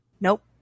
Nope